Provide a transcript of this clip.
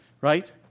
right